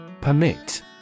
Permit